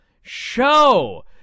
show